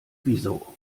wieso